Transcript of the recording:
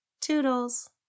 toodles